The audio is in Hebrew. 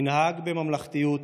ננהג בממלכתיות,